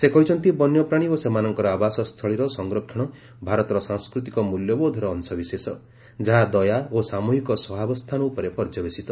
ସେ କହିଛନ୍ତି ବନ୍ୟପ୍ରାଣୀ ଓ ସେମାନଙ୍କର ଆବାସସ୍ଥଳୀର ସଂରକ୍ଷଣ ଭାରତର ସାଂସ୍କୃତିକ ମୂଲ୍ୟବୋଧର ଅଂଶବିଶେଷ ଯାହା ଦୟା ଓ ସାମୃହିକ ସହାବସ୍ଥାନ ଉପରେ ପର୍ଯ୍ୟବେସିତ